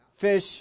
fish